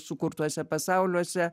sukurtuose pasauliuose